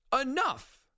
enough